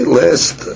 last